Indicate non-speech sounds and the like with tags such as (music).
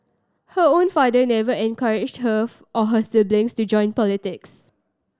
her own father never encouraged her (unintelligible) or her siblings to join politics